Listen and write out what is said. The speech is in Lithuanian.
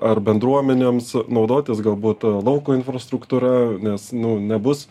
ar bendruomenėms naudotis galbūt lauko infrastruktūra nes nu nebus